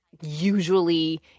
usually